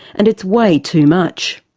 and it's way too much.